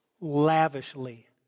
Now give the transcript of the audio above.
lavishly